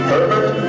Herbert